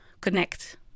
connect